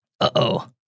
Uh-oh